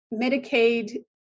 Medicaid